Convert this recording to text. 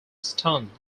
stunt